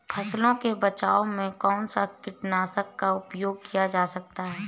फसलों के बचाव में कौनसा कीटनाशक का उपयोग किया जाता है?